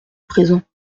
présent